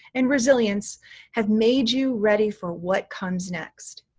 and resilience have made you ready for what comes next.